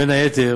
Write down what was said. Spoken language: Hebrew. בין היתר